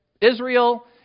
Israel